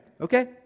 Okay